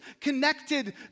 connected